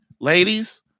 ladies